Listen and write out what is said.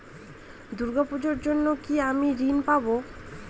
দূর্গা পূজার জন্য কি আমি ঋণ পাবো?